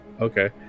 okay